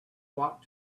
walk